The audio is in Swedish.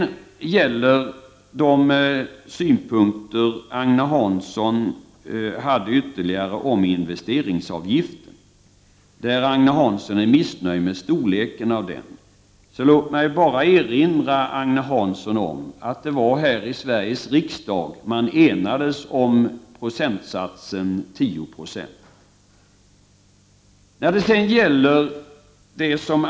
Agne Hansson var missnöjd med storleken av investeringsavgiften. Låt mig bara erinra Agne Hansson om att det var här i Sveriges riksdag man enade sig om procentsatsen 10 70.